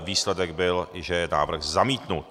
Výsledek byl, že je návrh zamítnut.